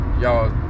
y'all